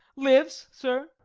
lives, sir.